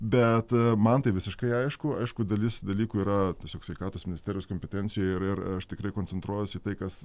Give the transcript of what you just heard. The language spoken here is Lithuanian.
bet man tai visiškai aišku aišku dalis dalykų yra tiesiog sveikatos ministerijos kompetencijoj ir ir aš tikrai koncentruojuosi į tai kas